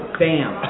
bam